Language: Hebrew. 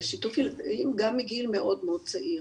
שיתוף ילדים גם מגיל מאוד צעיר.